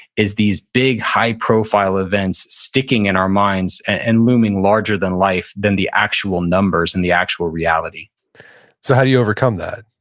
is these big high profile events sticking in our minds and looming larger than life than the actual numbers and the actual reality so how do you overcome that?